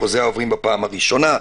אחוזי העוברים בפעם הראשונה,